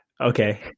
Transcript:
Okay